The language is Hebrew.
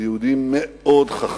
ויהודי מאוד חכם.